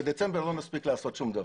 בדצמבר לא נספיק לעשות שום דבר.